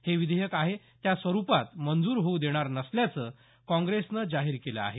हे विधेयक आहे त्या स्वरूपात मंजूर होऊ देणार नसल्याचं काँप्रेसनं जाहीर केलं आहे